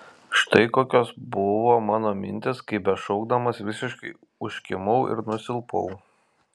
štai kokios buvo mano mintys kai bešaukdamas visiškai užkimau ir nusilpau